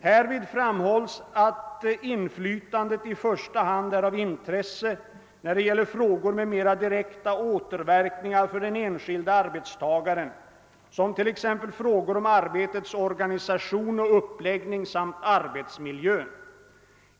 Härvid framhålls att inflytandet i första hand är av intresse när det gäller frågor med mera direkta återverkningar för den enskilde arbetstagaren, som t.ex. frågor om arbetets organisation och uppläggning samt arbetsmiljön.